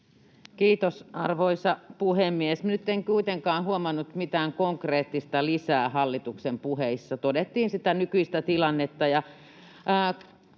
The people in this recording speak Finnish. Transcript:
Kiitos, arvoisa puhemies! Nyt en kuitenkaan huomannut mitään konkreettista lisää hallituksen puheissa. Todettiin sitä nykyistä tilannetta.